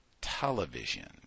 television